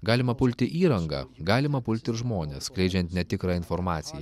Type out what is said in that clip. galima pulti įrangą galima pulti žmones skleidžiant netikrą informaciją